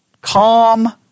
calm